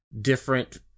different